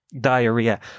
diarrhea